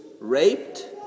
raped